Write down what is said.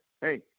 Hey